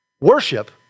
worship